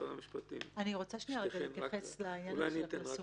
ארצה להתייחס לעניין הפרסום.